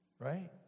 Right